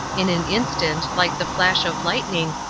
in an instant, like the flash of lightning,